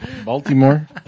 Baltimore